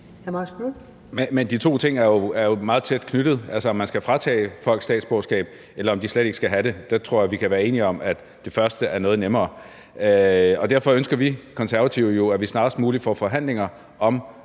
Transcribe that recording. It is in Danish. Men de to ting er jo meget tæt forbundet. I forhold til om man skal fratage folk statsborgerskab, eller om de slet ikke skal have det, tror jeg, vi kan være enige om, at det første er noget nemmere. Derfor ønsker vi Konservative jo, at vi snarest muligt får forhandlinger om